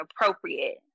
appropriate